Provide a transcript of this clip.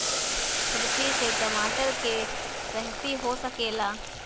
खुरपी से टमाटर के रहेती हो सकेला?